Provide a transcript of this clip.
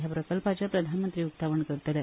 ह्या प्रकल्पाचे प्रधानमंत्री उक्तावण करतले